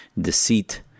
deceit